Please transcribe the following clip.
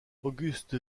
auguste